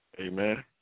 Amen